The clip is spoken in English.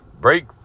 Break